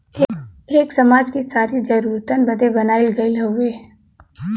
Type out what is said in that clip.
एक समाज कि सारी जरूरतन बदे बनाइल गइल हउवे